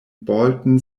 bolton